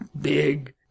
big